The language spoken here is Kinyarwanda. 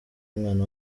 umwana